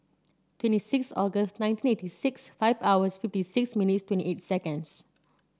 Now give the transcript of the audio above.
twenty six August nineteen eight six five hours fifty six minutes twenty eight seconds